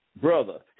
Brother